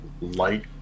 light